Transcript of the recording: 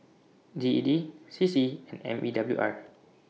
G E D C C and M E W R